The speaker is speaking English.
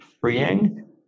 freeing